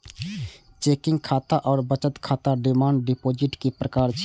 checking खाता आ बचत खाता डिमांड डिपोजिट के प्रकार छियै